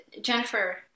Jennifer